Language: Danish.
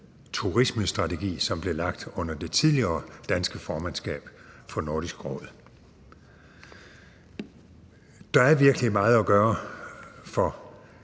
turismestrategi, som blev lagt under det tidligere danske formandskab for Nordisk Råd. Der er virkelig meget at gøre for